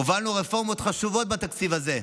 הובלנו רפורמות חשובות בתקציב הזה,